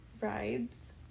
rides